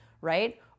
right